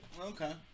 Okay